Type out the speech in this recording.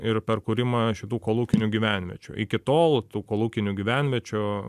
ir per kūrimą šitų kolūkinių gyvenviečių iki tol tų kolūkinių gyvenviečių